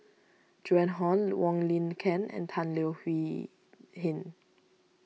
Joan Hon Wong Lin Ken and Tan Leo Hin